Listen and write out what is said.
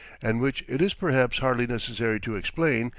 and which, it is perhaps hardly necessary to explain,